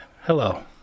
hello